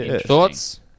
Thoughts